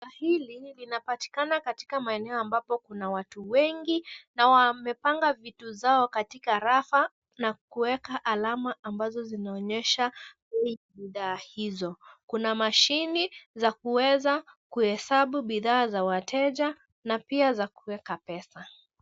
Duka hili linapatikana katika maeneo ambapo kuna watu wengi na wamepanga vitu zao katika rafa na kuweka alama ambazo zinaonyesha bei za bidhaa hizo. Kuna mashine za kuweza kuhesabu bidhaa za wateja na pia za kuweka pesa.